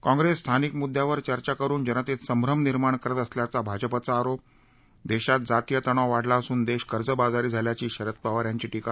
काँग्रेस स्थानिक मुद्दावर चर्चा करुन जनतेत संभ्रम निर्माण करत असल्याचा भाजपाचा आरोप देशात जातीय तणाव वाढला असून देश कर्जबाजारी झाल्याची शरद पवार यांची टीका